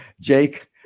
Jake